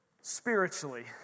Spiritually